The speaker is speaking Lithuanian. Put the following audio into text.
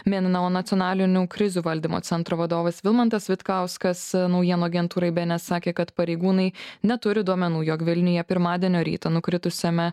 min na o nacionalinių krizių valdymo centro vadovas vilmantas vitkauskas naujienų agentūrai bns sakė kad pareigūnai neturi duomenų jog vilniuje pirmadienio rytą nukritusiame